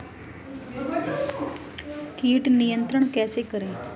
कीट नियंत्रण कैसे करें?